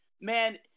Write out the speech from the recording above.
man